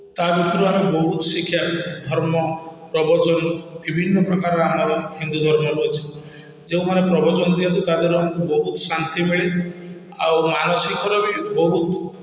ତା'ଭିତରୁ ଆମେ ବହୁତ ଶିକ୍ଷା ଧର୍ମ ପ୍ରବଚନ ବିଭିନ୍ନ ପ୍ରକାର ଆମ ହିନ୍ଦୁ ଧର୍ମରେ ଅଛି ଯେଉଁମାନେ ପ୍ରବଚନ ଦିଅନ୍ତି ତା'ଦ୍ୱାରା ଆମକୁ ବହୁତ ଶାନ୍ତି ମିଳେ ଆଉ ମାନସିକର ବି ବହୁତ